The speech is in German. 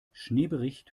schneebericht